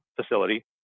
facility